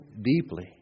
deeply